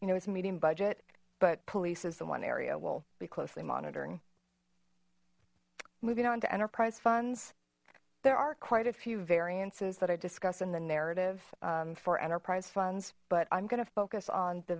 you know it's meeting budget but police is the one area will be closely monitoring moving on to enterprise funds there are quite a few variances that i discuss in the narrative for enterprise funds but i'm going to focus on the